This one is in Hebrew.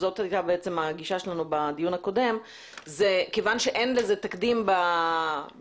שזאת הייתה הגישה שלנו בדיון הקודם זה כיוון שאין לזה תקדים במה